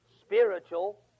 spiritual